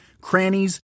crannies